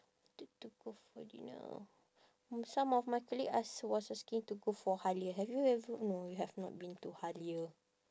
wanted to go for dinner mm some of my colleague ask was asking to go for Halia have you ever no you have not been to Halia